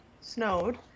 snowed